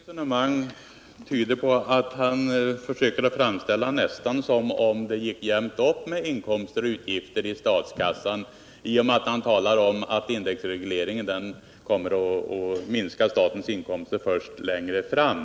Herr talman! Björn Molins resonemang tyder på att han försöker framställa det som om statens inkomster och utgifter nästan gick jämnt upp, eftersom han talar om att en indexreglering kommer att minska statens inkomster först längre fram.